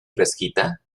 fresquita